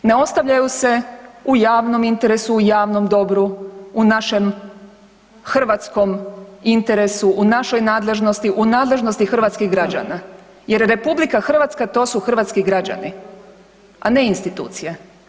Ne ostavljaju se u javnom interesu, u javnom dobru, u našem hrvatskom interesu, u našoj nadležnosti, u nadležnosti hrvatskih građana jer Republika Hrvatska to su hrvatski građani a ne institucije.